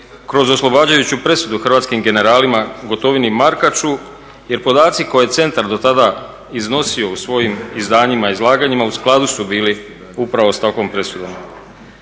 kroz oslobađajuću presudu hrvatskim generalima Gotovini i Markaču. Jer podaci koje je centar do tada iznosio u svojim izdanjima, izlaganjima u skladu su bili upravo sa takvom presudom.